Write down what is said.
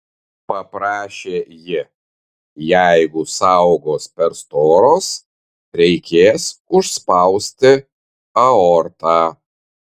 paprašė ji jeigu sąaugos per storos reikės užspausti aortą